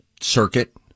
circuit